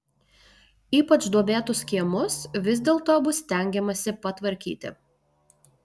ypač duobėtus kiemus vis dėlto bus stengiamasi patvarkyti